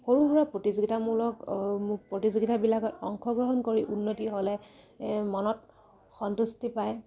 সৰু সৰু প্ৰতিযোগিতামূলক প্ৰতিযোগিতাবিলাকত অংশগ্ৰহণ কৰি উন্নতি হ'লে মনত সন্তুষ্টি পায়